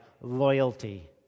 loyalty